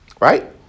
right